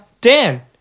Dan